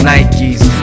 Nikes